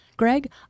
Greg